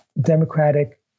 democratic